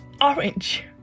orange